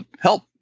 help